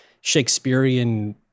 Shakespearean